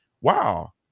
wow